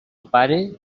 pare